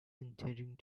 intending